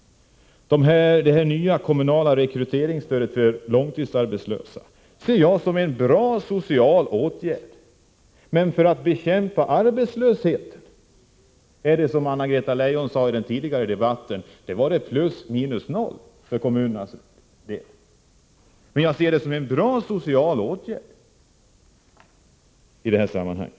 Det nya kommunala rekryteringsstödet för långtidsarbetslösa ser jag som en bra social åtgärd, men för att bekämpa arbetslösheten blir det — som Anna-Greta Leijon sade i den tidigare debatten +0 för kommunernas del. Jag ser det emellertid som en bra social åtgärd i det här sammanhanget.